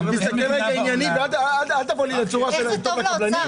אל תבוא לי בצורה שזה טוב לקבלנים,